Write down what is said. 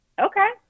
okay